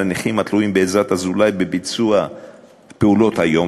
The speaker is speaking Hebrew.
התלויים בעזרת הזולת בביצוע פעולות היום-יום,